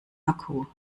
akku